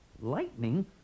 Lightning